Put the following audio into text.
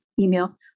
email